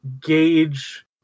gauge